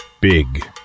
Big